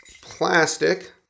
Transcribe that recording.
plastic